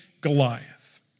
Goliath